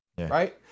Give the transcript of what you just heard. right